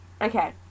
okay